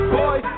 boy